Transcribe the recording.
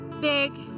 big